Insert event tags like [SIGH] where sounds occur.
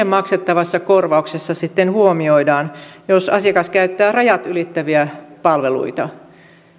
[UNINTELLIGIBLE] maksettavassa korvauksessa huomioidaan se jos asiakas käyttää rajat ylittäviä palveluita